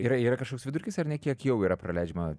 yra yra kažkoks vidurkis ar ne kiek jau yra praleidžiama